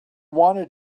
wanted